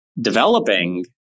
developing